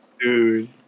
Dude